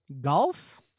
golf